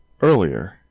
earlier